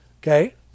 Okay